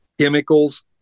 chemicals